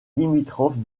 limitrophe